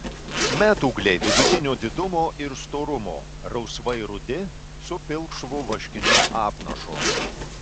metūgliai vidutinio didumo ir storumo rausvai rudi su pilkšvu vaškiniu apnašu